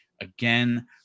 again